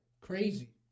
crazy